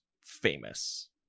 famous